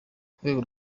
urwego